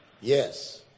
Yes